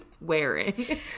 wearing